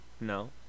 No